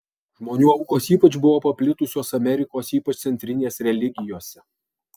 žmonių aukos ypač buvo paplitusios amerikos ypač centrinės religijose